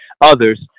others